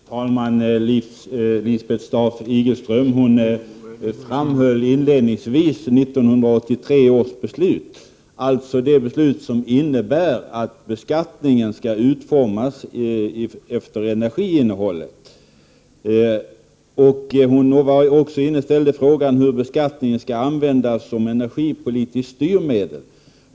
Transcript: Fru talman! Lisbeth Staaf-Igelström framhöll inledningsvis 1983 års beslut, alltså det beslut som innebär att beskattningen skall utformas på basis av energiinnehållet. Hon ställde också frågan hur beskattningen skall användas som energipolitiskt styrmedel.